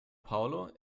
paulo